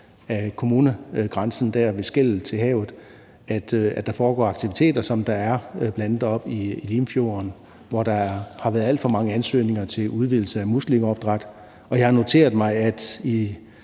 af kommunegrænsen, der ved skellet til havet. Der kan foregå aktiviteter, som der bl.a. er oppe i Limfjorden, hvor der har været alt for mange ansøgninger til udvidelser af muslingeopdræt. Og jeg har noteret mig, at i